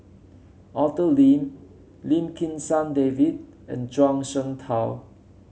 Arthur Lim Lim Kim San David and Zhuang Shengtao